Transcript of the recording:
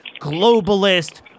globalist